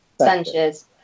Sanchez